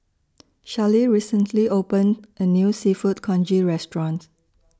Charlee recently opened A New Seafood Congee Restaurant